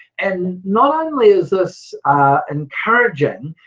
and not only is this encouraging,